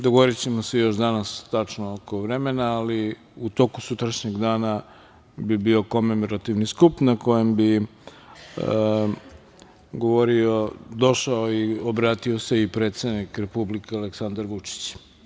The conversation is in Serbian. Dogovorićemo se još danas tačno oko vremena, ali u toku sutrašnjeg dana bi bio komemorativni skup na kojem bi došao i obratio se i predsednik Republike Aleksandar Vučić.